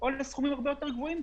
ועד סכומים יותר גבוהים,